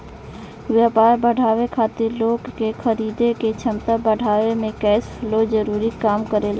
व्यापार बढ़ावे खातिर लोग के खरीदे के क्षमता बढ़ावे में कैश फ्लो जरूरी काम करेला